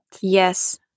Yes